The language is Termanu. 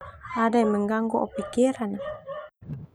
Ada yang menganggu oh pikiran ah.